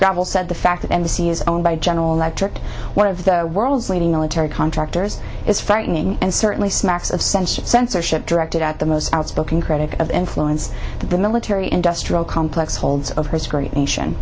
gravel said the fact that and the sea is owned by general electric one of the world's leading military contractors is frightening and certainly smacks of censorship censorship directed at the most outspoken critic of influence the military industrial complex holds of his great nation